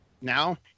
Now